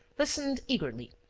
listened eagerly.